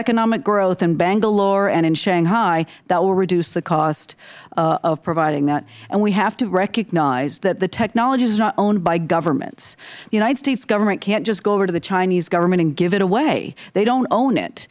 economic growth in bangalore and shanghai that will reduce the cost of providing that and we have to recognize that the technologies are not owned by governments the united states government can't just go over to the chinese government and give it away they don't own it